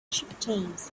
chieftains